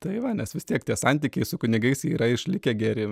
tai va nes vis tiek tie santykiai su kunigais yra išlikę geri